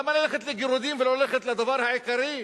למה ללכת לגירודים ולא ללכת לדבר העיקרי,